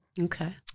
Okay